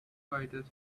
firefighters